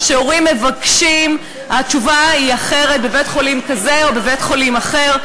שכשהורים מבקשים התשובה היא כזאת בבית-חולים כזה ואחרת בבית-חולים אחר,